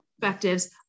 perspectives